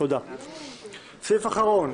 ההצעה להעביר את ההצעה לסדר היום לדיון בוועדת החוקה נתקבלה.